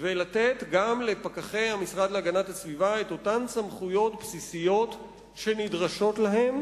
ולתת גם לפקחי המשרד להגנת הסביבה את אותן סמכויות בסיסיות שנדרשות להם